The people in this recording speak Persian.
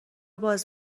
باز